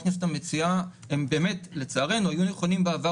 הכנסת המציעה לצערנו היו נכונים בעבר,